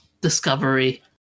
discovery